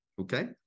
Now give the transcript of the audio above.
Okay